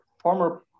former